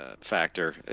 factor